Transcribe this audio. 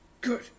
Good